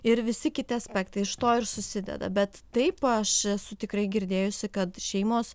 ir visi kiti aspektai iš to ir susideda bet taip aš esu tikrai girdėjusi kad šeimos